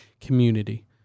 community